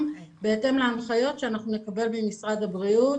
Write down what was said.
בהתאם להנחיות שאנחנו נקבל ממשרד הבריאות